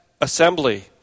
assembly